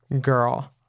girl